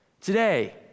Today